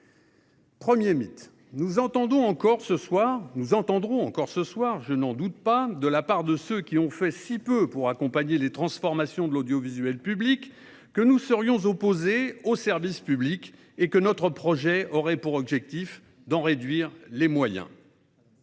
Premier mythe, nous entendrons encore ce soir, je n'en doute pas, de la part de ceux qui ont fait si peu pour accompagner les transformations de l'audiovisuel public, que nous serions opposés au service public et que notre projet aurait pour objectif d'en réduire les moyens.